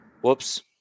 Whoops